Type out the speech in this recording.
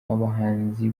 abahanzi